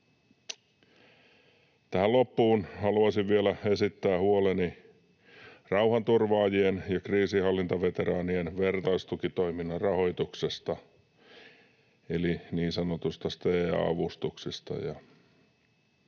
Tähän loppuun haluaisin vielä esittää huoleni rauhanturvaajien ja kriisinhallintaveteraanien vertaistukitoiminnan rahoituksesta eli niin sanotusta STEA-avustuksista.